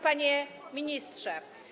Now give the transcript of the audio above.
Panie Ministrze!